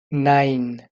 nine